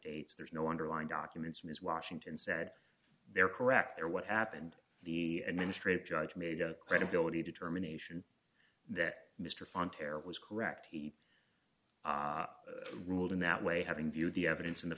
dates there's no underlying documents ms washington said they're correct there what happened the administrative judge made a credibility determination that mr fein tear was correct he ruled in that way having viewed the evidence in the